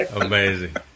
Amazing